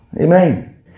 Amen